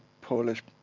Polish